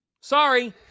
Sorry